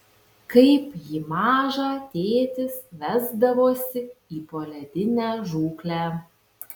kaip jį mažą tėtis vesdavosi į poledinę žūklę